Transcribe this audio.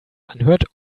anhört